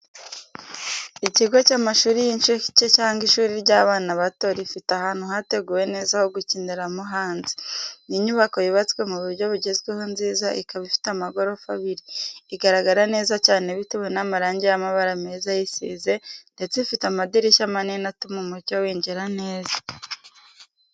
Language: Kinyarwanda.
Ikigo cy'amashuri y'inshuke cyangwa ishuri ry'abana bato, rifite ahantu hateguwe neza ho gukiniramo hanze. Ni inyubako yubatswe mu buryo bugezweho nziza ikaba ifite amagorofa abiri. Igaragara neza cyane bitewe n'amarange y'amabara meza ayisize ndetse ifite amadirishya manini atuma umucyo winjira neza.